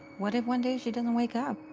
what if one day she doesn't wake up?